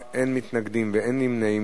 בעד, 6, אין מתנגדים ואין נמנעים.